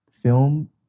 film